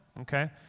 Okay